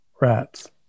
rats